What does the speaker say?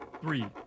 three